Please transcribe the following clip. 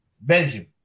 Belgium